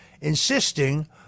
insisting